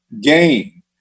gain